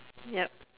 yup